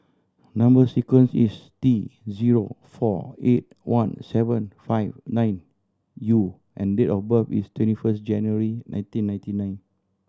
number sequence is T zero four eight one seven five nine U and date of birth is twenty first January nineteen ninety nine